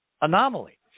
anomaly